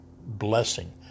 blessing